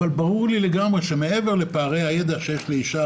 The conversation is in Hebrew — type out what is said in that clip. אבל ברור לי לגמרי שמעבר לפערי הידע שיש לאישה